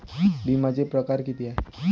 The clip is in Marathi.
बिम्याचे परकार कितीक हाय?